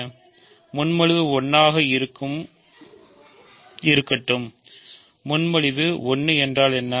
R முன்மொழிவு 1 ஆக இருக்கட்டும் முன்மொழிவு 1 என்றால் என்ன